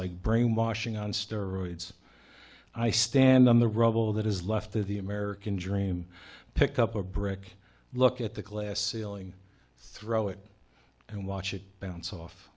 like brainwashing on steroids i stand on the rubble that is left of the american dream pick up a brick look at the glass ceiling throw it and watch it bounce off